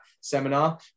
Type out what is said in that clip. seminar